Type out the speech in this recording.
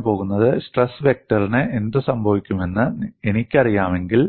ഞാൻ ചെയ്യാൻ പോകുന്നത് സ്ട്രെസ് വെക്ടറിന് എന്ത് സംഭവിക്കുമെന്ന് എനിക്കറിയാമെങ്കിൽ